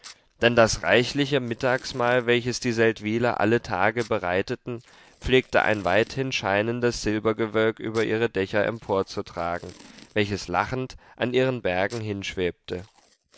denn das reichliche mittagsmahl welches die seldwyler alle tage bereiteten pflegte ein weithin scheinendes silbergewölk über ihre dächer emporzutragen welches lachend an ihren bergen hinschwebte